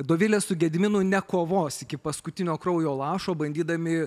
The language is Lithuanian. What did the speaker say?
dovilė su gediminu nekovos iki paskutinio kraujo lašo bandydami